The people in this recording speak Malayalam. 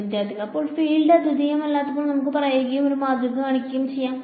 വിദ്യാർത്ഥി അപ്പോൾ ഫീൽഡ് അദ്വിതീയമല്ലാത്തപ്പോൾ നമുക്ക് പറയുകയും ഒരു മാതൃക കാണിക്കുകയും ചെയ്യാം